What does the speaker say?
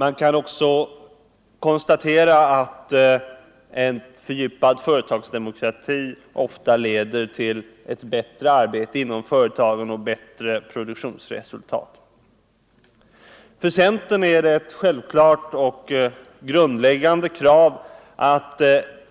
Man kan också konstatera att en fördjupad företagsdemokrati ofta leder till ett bättre arbete inom företagen och bättre produktionsresultat. För centern är det ett självklart och grundläggande krav att